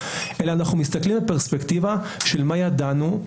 אלא אנחנו מסתכלים בפרספקטיבה של מה ידענו,